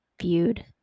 viewed